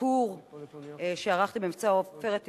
הצעת החוק המדוברת היא בעצם תולדה של ביקור שערכתי במבצע "עופרת יצוקה"